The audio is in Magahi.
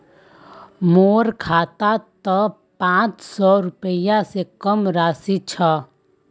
मोर खातात त पांच सौ रुपए स कम राशि छ